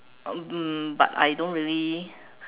but I don't really